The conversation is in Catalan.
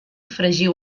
fregiu